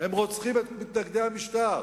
הם רוצחים את מתנגדי המשטר.